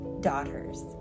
daughters